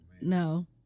No